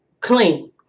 clean